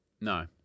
No